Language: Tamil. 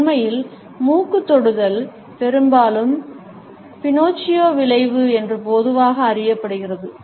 உண்மையில் மூக்குத் தொடுதல் பெரும்பாலும் பினோச்சியோ விளைவு என்று பொதுவாக அறியப்படுகிறது